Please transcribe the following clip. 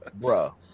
Bro